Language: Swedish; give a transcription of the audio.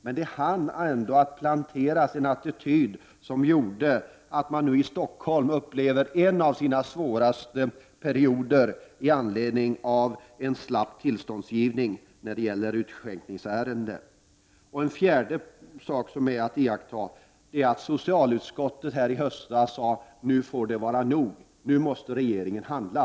Men en attityd hann ändå planteras, som har gjort att man i Stockholm nu upplever en av de svåraste perioderna i anledning av en slapp behandling av ärenden som gäller utskänkningstillstånd. En fjärde sak att iaktta är att socialutskottet här i höstas sade: Nu får det vara nog, nu måste regeringen handla.